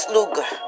Luger